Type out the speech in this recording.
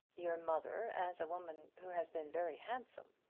your mother as a woman who has been very handsome.